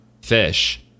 fish